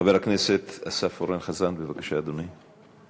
חבר הכנסת אסף אורן חזן, בבקשה, אדוני.